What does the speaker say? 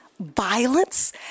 violence